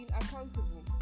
accountable